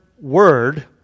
word